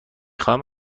خواهم